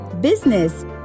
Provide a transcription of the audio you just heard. business